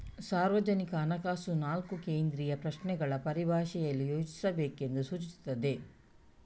ಸಾರ್ವಜನಿಕ ಹಣಕಾಸು ನಾಲ್ಕು ಕೇಂದ್ರೀಯ ಪ್ರಶ್ನೆಗಳ ಪರಿಭಾಷೆಯಲ್ಲಿ ಯೋಚಿಸಬೇಕೆಂದು ಸೂಚಿಸುತ್ತದೆ